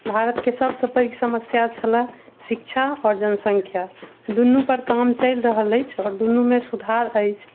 भारतके सबसँ पैघ समस्या छलए शिक्षा आओर जनसंख्या दुनू पर काम चलि रहल अछि आओर दुनूमे सुधार अछि